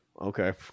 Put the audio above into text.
okay